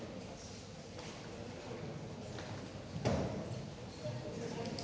Tak